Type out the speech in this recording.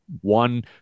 one